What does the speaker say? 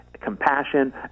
compassion